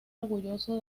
orgulloso